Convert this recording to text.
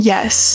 Yes